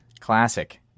Classic